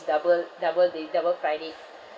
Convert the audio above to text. double double they double fried it